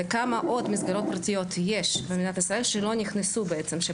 זה כמה עוד מסגרות פרטיות יש במדינת ישראל שלא נכנסו בעצם.